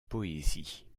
poésie